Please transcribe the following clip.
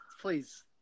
please